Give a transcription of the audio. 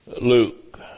Luke